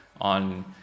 on